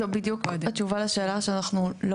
זו בדיוק התשובה לשאלה שאנחנו לא